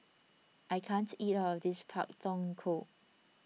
I can't eat all of this Pak Thong Ko